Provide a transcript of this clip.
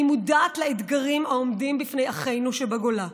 אני מודעת לאתגרים העומדים בפני אחינו שבגולה,